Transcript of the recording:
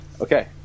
Okay